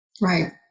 Right